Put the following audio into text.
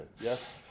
yes